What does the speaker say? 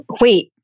Wait